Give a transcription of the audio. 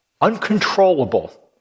uncontrollable